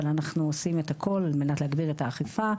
אבל אנחנו עושים את הכל על מנת להגביר את האכיפה,